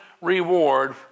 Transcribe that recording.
reward